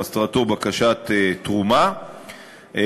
וההצעה תחול בעיקר או רק על מסר שמטרתו בקשת תרומה.